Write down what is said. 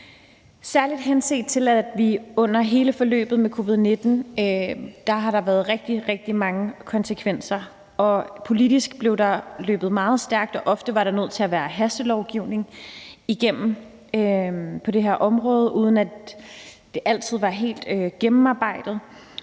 forbindelse med covid-19. Forløbet med covid-19 har haft rigtig mange konsekvenser, og der blev politisk løbet meget stærkt, og ofte var der nødt til at være hastelovgivning på det her område, uden at det altid var helt gennemarbejdet.